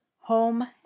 home